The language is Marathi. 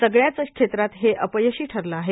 सगळ्याच क्षेत्रात हे अपयशी ठरलं आहे